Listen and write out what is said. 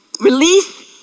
Release